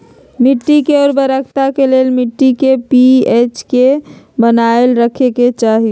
मिट्टी के उर्वरता के लेल मिट्टी के पी.एच के बनाएल रखे के चाहि